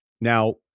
Now